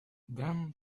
then